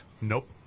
nope